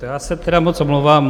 Já se moc omlouvám.